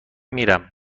میرم